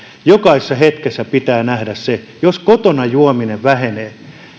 jokaisessa hetkessä pitää nähdä se että jos kotona juominen vähenee